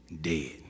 dead